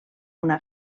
una